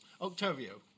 Octavio